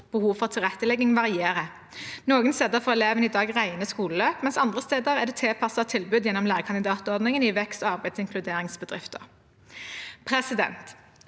behov for tilrettelegging varierer. Noen steder får elevene i dag rene skoleløp, mens andre steder er det tilpassede tilbud gjennom lærekandidatordningen i vekst-, arbeids- og inkluderingsbedrifter. Et